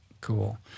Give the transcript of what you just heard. Cool